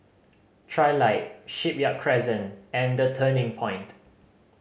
Trilight Shipyard Crescent and The Turning Point